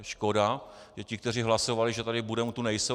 Škoda, že ti, kteří hlasovali, že tady budeme, tu nejsou.